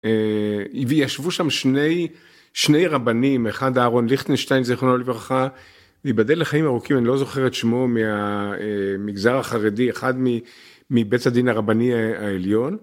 וישבו שם שני, שני רבנים אחד אהרון ליכטנשטיין זכרונו לו לברכה ויבדל לחיים ארוכים אני לא זוכר את שמו מהמגזר החרדי אחד מבית הדין הרבני העליון